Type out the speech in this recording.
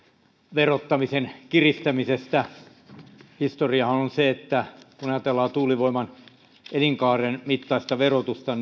verottamisen kiristämisestä historiahan on on se kun ajatellaan tuulivoiman elinkaaren mittaista verotusta